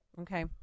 Okay